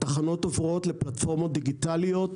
התחנות עוברות לפלטפורמות דיגיטליות,